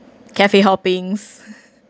cafe hoppings